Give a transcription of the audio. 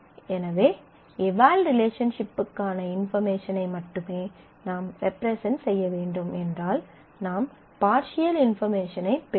எனவே எவல் ரிலேஷன்ஷிப்க்கான இன்பார்மேஷனை மட்டுமே நாம் ரெப்ரசன்ட் செய்ய வேண்டும் என்றால் நாம் பார்சியல் இன்பார்மேஷனைப் பெறுவோம்